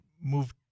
move